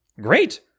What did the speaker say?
Great